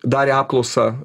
darė apklausą